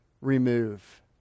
remove